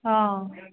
অ